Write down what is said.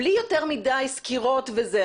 בלי יותר מדי סקירות וזה,